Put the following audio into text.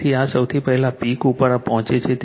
તેથી I સૌથી પહેલા પીક ઉપર પહોંચે છે